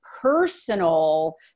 personal